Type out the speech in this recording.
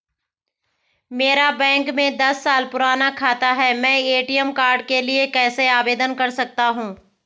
मेरा बैंक में दस साल पुराना खाता है मैं ए.टी.एम कार्ड के लिए कैसे आवेदन कर सकता हूँ?